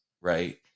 right